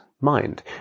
mind